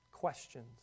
Questions